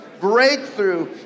breakthrough